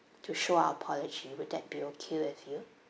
to show our apology would that be okay with you